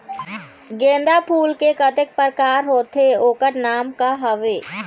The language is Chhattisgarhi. गेंदा फूल के कतेक प्रकार होथे ओकर नाम का हवे?